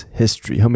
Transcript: history